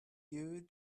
you